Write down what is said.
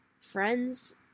friends